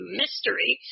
mystery